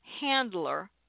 handler